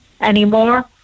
anymore